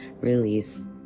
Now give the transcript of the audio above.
release